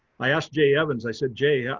i asked jay evans. i said, jay. yeah